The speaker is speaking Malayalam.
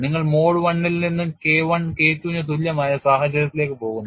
നിങ്ങൾ മോഡ് I ൽ നിന്ന് K I K II ന് തുല്യമായ സാഹചര്യത്തിലേക്ക് പോകുന്നു